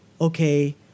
okay